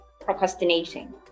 Procrastinating